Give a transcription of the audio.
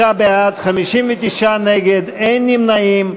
39 בעד, 59 נגד, אין נמנעים.